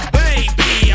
baby